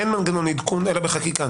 אין מנגנוני עדכון אלא בחקיקה,